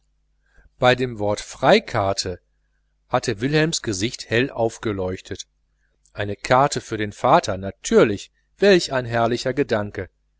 bei dem wort freibillet hatte wilhelms gesicht hell aufgeleuchtet ein billet für den vater natürlich welch ein herrlicher gedanke